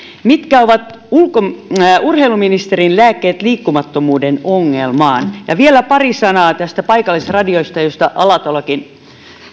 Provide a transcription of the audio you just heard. mitkä ovat urheiluministerin lääkkeet liikkumattomuuden ongelmaan ja vielä pari sanaa paikallisradioista joista alatalokin